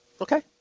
okay